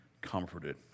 comforted